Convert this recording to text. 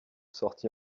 sortis